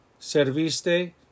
serviste